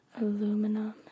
Aluminum